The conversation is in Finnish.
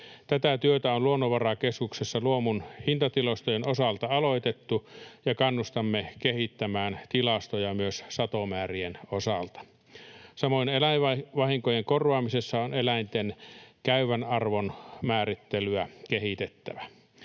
Tätä työtä on Luonnonvarakeskuksessa luomun hintatilastojen osalta aloitettu, ja kannustamme kehittämään tilastoja myös satomäärien osalta. Samoin eläinvahinkojen korvaamisessa on eläinten käyvän arvon määrittelyä kehitettävä.